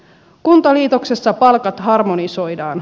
kuntaliitoksessa palkat harmonisoidaan